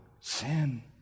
sin